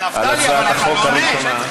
על הצעת החוק הנדונה.